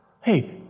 Hey